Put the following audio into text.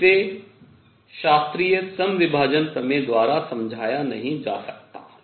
इसे शास्त्रीय समविभाजन प्रमेय द्वारा समझाया नहीं जा सकता है